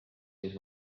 siis